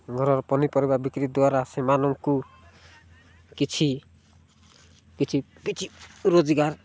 ଘରର ପନିପରିବା ବିକ୍ରି ଦ୍ଵାରା ସେମାନଙ୍କୁ କିଛି କିଛି କିଛି ରୋଜଗାର